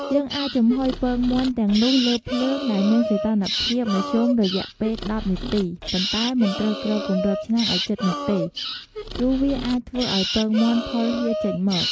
យើងអាចចំហុយពងមាន់ទាំងនោះលើភ្លើងដែលមានសីតុណ្ហភាពមធ្យមរយៈពេល១០នាទី ប៉ុន្តែមិនត្រូវគ្របគម្របឆ្នាំងឲ្យជិតនោះទេ ព្រោះវាអាចធ្វើឲ្យពងមាន់ផុលហៀរចេញមក។